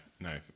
no